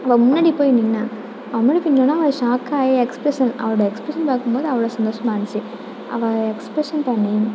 அவள் முன்னாடி போய் நின்றேன் அவளுக்கு என்னென்னா ஷாக்காகி எக்ஸ்பிரெஷன் அவளோட எக்ஸ்பிரெஷன் பார்க்கும்போது அவ்வளோ சந்தோஷமாக இருந்துச்சு அவள் எக்ஸ்பிரெஷன் பண்ணி